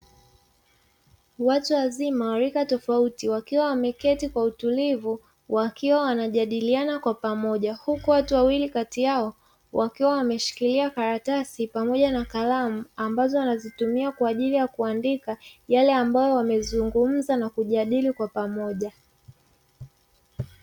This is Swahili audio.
Watu wazima wa rika tofauti wakiwa wameketi kwa utulivu wakiwa wanajadiliana kwa pamoja. Huku watu wawili kati yao wakiwa wameshikilia karatasi pamoja na kalamu ambazo wanazitumia kwa ajili ya kuandika yale ambayo wamezungumza na kujadili kwa pamoja.